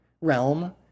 realm